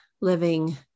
living